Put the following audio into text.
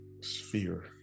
sphere